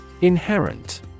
Inherent